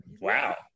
wow